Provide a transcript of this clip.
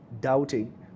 doubting